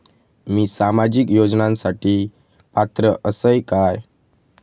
मी सामाजिक योजनांसाठी पात्र असय काय?